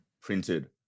printed